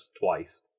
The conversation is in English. twice